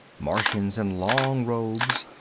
martians in long robes,